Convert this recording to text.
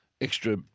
extra